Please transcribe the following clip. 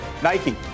Nike